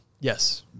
Yes